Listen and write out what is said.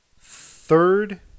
third